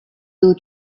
two